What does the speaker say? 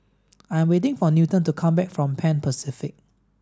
I'm waiting for Newton to come back from Pan Pacific